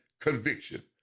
conviction